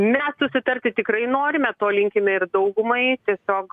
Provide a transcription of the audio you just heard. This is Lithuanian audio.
mes susitarti tikrai norime to linkime ir daugumai tiesiog